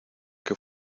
que